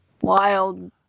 wild